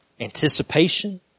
Anticipation